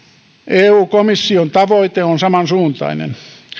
eu komission tavoite on samansuuntainen